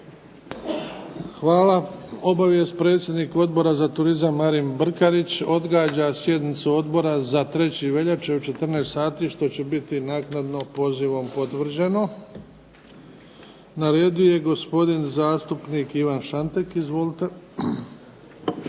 Hvala. Obavijest predsjednik Odbora za turizam Marin Brkarić odgađa sjednicu Odbora za 3. veljače u 14 sati što će biti naknadno pozivom potvrđeno. Na redu je gospodin zastupnik Ivan Šantek. Izvolite.